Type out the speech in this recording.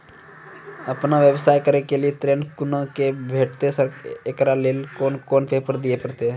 आपन व्यवसाय करै के लेल ऋण कुना के भेंटते एकरा लेल कौन कौन पेपर दिए परतै?